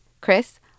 Chris